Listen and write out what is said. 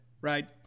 right